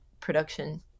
production